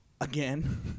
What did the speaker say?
again